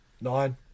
Nine